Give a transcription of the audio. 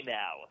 now